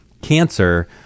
cancer